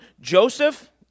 Joseph